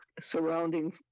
surrounding